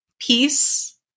peace